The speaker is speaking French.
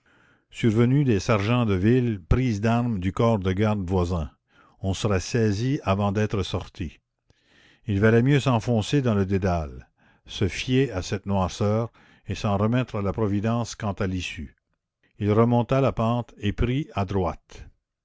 survenue des sergents de ville prise d'armes du corps de garde voisin on serait saisi avant d'être sorti il valait mieux s'enfoncer dans le dédale se fier à cette noirceur et s'en remettre à la providence quant à l'issue il remonta la pente et prit à droite